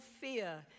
fear